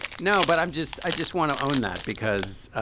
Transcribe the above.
no, but i'm just i just want to own that because